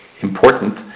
important